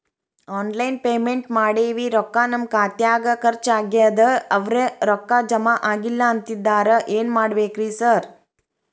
Online payment ಮಾಡೇವಿ ರೊಕ್ಕಾ ನಮ್ ಖಾತ್ಯಾಗ ಖರ್ಚ್ ಆಗ್ಯಾದ ಅವ್ರ್ ರೊಕ್ಕ ಜಮಾ ಆಗಿಲ್ಲ ಅಂತಿದ್ದಾರ ಏನ್ ಮಾಡ್ಬೇಕ್ರಿ ಸರ್?